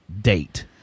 date